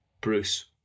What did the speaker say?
Bruce